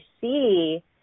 see